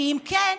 כי אם כן,